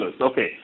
Okay